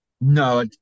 No